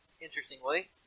Interestingly